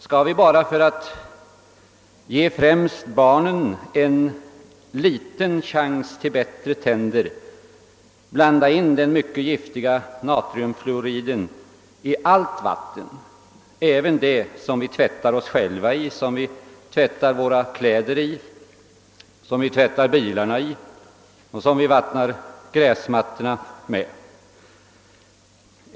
Skall vi, bara för att ge främst barnen en liten chans att få bättre tänder, blanda in den mycket giftiga natriumfluoriden i allt vatten, även i det som vi tvättar oss själva i, det som vi tvättar våra kläder i, det som vi tvättar bilarna i och det som vi vattnar gräsmattorna med?